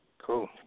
Cool